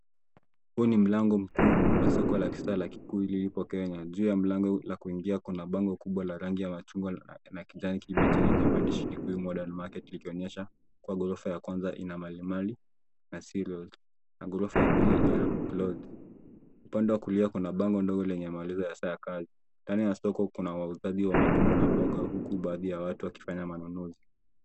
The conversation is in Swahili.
Huu ni mlango mkuu wa soko la kisasa la kikuu lilipo Kenya, juu ya mlango la kuingia kuna bango kubwa la rangi ya machungwa na kijani kibichi lenye maandishi ikuwa Modern Market likionyesha kuwa ghorofa ya kwanza ina malimali na cereals na ghorofa la pili ina cloth . Upande wa kulia kuna bango ndogo lenye maelezo ya saa ya kazi, ndani ya soko kuna wauzaji wa matunda na mboga huku baadhi ya watu wakifanya manunuzi.